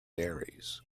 aires